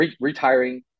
retiring